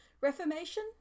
reformation